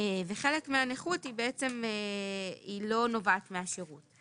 וחלק מהנכות היא לא נובעת מהשירות.